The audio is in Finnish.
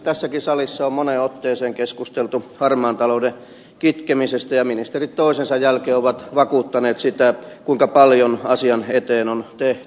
tässäkin salissa on moneen otteeseen keskusteltu harmaan talouden kitkemistä ja ministerit toisensa jälkeen ovat vakuuttaneet sitä kuinka paljon asian eteen on tehty